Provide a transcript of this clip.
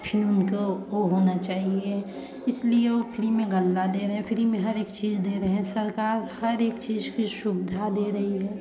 की फिर उनको वो होना चाहिए इसलिए वो फ्री में गल्ला दे रहे हैं फ़्री में हरेक चीज़ दे रहे हैं सरकार हर एक चीज़ की सुविधा दे रही है